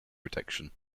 protection